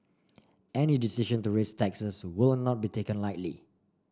any decision to raise taxes will not be taken lightly